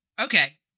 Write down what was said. Okay